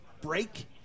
break